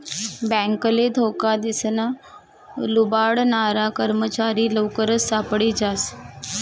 बॅकले धोका दिसन लुबाडनारा कर्मचारी लवकरच सापडी जास